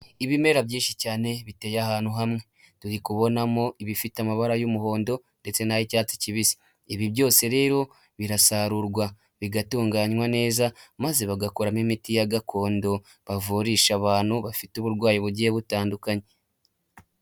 Ibimera byinshi cyane biteye ahantu hamwe, turi kubonamo ibifite amabara y'umuhondo ndetse n'ay'cyatsi kibisi ibi byose rero birasarurwa bigatunganywa neza maze bagakoramo imiti ya gakondo bavurisha abantu bafite uburwayi bugiye butandukanye.